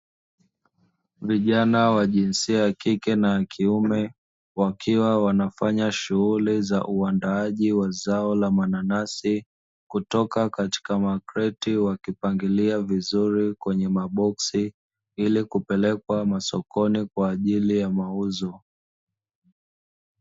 Vijana wa jinsia ya kike na ya kiume, wakiwa wanafanya shuguli za uandaaji wa zao la mananasi, kutoka katika makreti wakipangilia vizuri kwenye maboksi, ili kupelekwa masokoni kwa ajili ya mauzo.